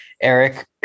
Eric